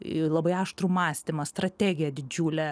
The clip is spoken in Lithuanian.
ir labai aštrų mąstymą strategiją didžiulę